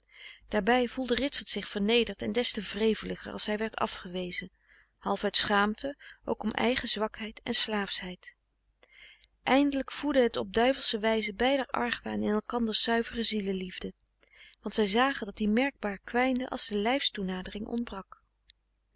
daarbij voelde ritsert zich vernederd en des te wreveliger als hij werd afgewezen half uit schaamte ook om eigen zwakheid en slaafschheid eindelijk voedde het op duivelsche wijze beider argwaan in elkanders zuivere ziele liefde want zij zagen dat die merkbaar kwijnde als de lijfs toenadering ontbrak